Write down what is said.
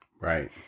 Right